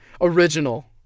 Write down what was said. original